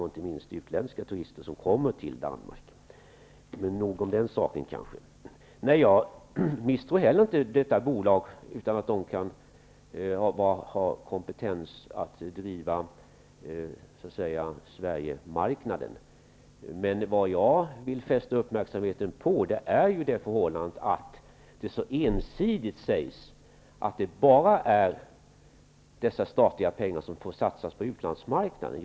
Inte minst tänker jag då på utländska turister som kommer till Danmark -- men nog om den saken kanske. Inte heller jag misstror det nya bolaget, som nog har kompetens att driva Sverigemarknaden. Vad jag vill fästa uppmärksamheten på är det förhållandet att det så ensidigt sägs att det bara är dessa statliga pengar som får satsas på utlandsmarknaden.